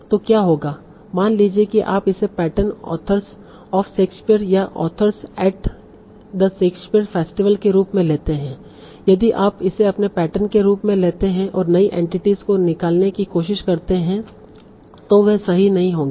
तो क्या होगा मान लीजिए कि आप इसे पैटर्न ऑथर्स ऑफ़ शेक्सपियर या authors at the Shakespeare festival के रूप में लेते हैं यदि आप इसे अपने पैटर्न के रूप में लेते हैं और नई एंटिटीस को निकालने की कोशिश करते हैं तो वे सही नहीं होंगे